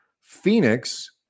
Phoenix